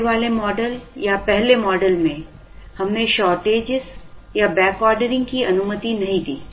पहले वाले मॉडल या पहले मॉडल में हमने चार्टेज या बैकऑर्डरिंग की अनुमति नहीं दी